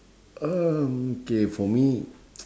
um K for me